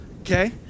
okay